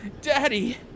daddy